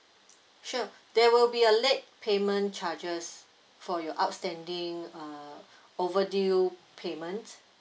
sure there will be a late payment charges for your outstanding uh overdue payments